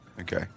Okay